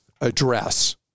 address